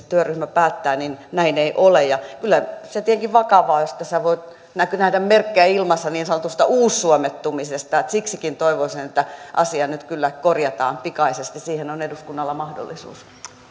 työryhmä päättää näin ei ole kyllähän se tietenkin vakavaa on tässähän voi nähdä merkkejä ilmassa niin sanotusta uussuomettumisesta ja siksikin toivoisin että asia nyt kyllä korjataan pikaisesti siihen on eduskunnalla mahdollisuus